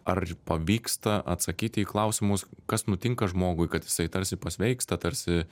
ar pavyksta atsakyti į klausimus kas nutinka žmogui kad jisai tarsi pasveiksta tarsi